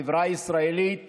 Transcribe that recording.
החברה הישראלית